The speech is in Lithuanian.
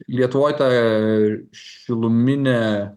lietuvoj ta šiluminė